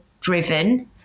driven